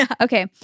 Okay